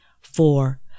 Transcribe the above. Four